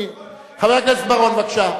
חבר הכנסת בר-און, בבקשה.